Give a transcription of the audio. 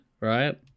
right